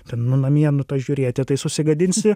ten nu namie nu tą žiūrėti tai susigadinsi